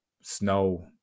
snow